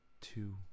two